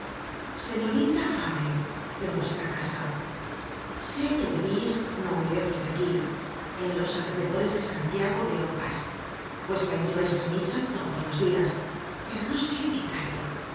señorita fabre en vuestra casa sé que vivis no muy lejos de aquí en los alrededores de santiago de haut pas pues que allí vais á misa todos los dias pero no sé en qué calle